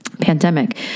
pandemic